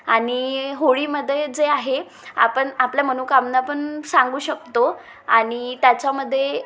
आणि होळीमध्ये जे आहे आपण आपल्या मनोकामना पण सांगू शकतो आणि त्याच्यामध्ये